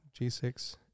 G6